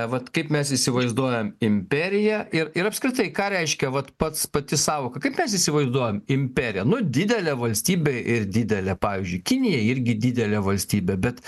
vat kaip mes įsivaizduojam imperiją ir ir apskritai ką reiškia vat pats pati sąvoka kaip mes įsivaizduojam imperiją nu didelė valstybė ir didelė pavyzdžiui kinija irgi didelė valstybė bet